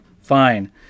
fine